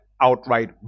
outright